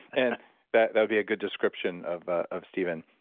and that would be a good description of of stephen.